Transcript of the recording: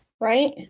Right